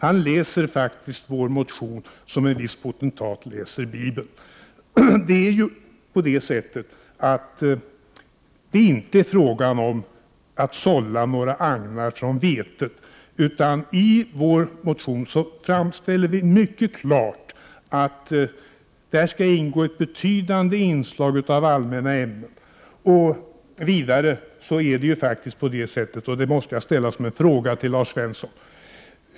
Han läser faktiskt vår motion som en viss potentat läser Bibeln. Det är inte fråga om att sålla några agnar från vetet. I vår motion framställer vi mycket klart att det skall finnas ett betydande inslag av allmänna ämnen. Lars Svensson!